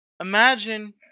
imagine